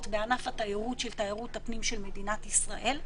בענף התיירות של תיירות הפנים של מדינת ישראל,